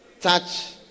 touch